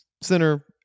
center